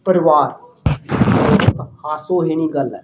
ਪਰਿਵਾਰ ਹਾਸੋਂ ਹੀਣੀ ਗੱਲ ਹੈ